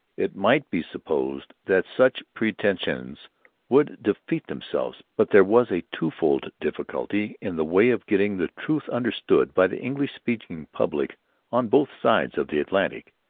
it might be supposed that such pretensions would defeat themselves. but there was a twofold difficulty in the way of getting the truth understood by the english-speaking public on both sides of the atlantic.